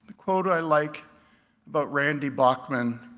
quote i like about randy bachman,